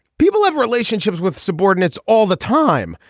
people have relationships with subordinates all the time.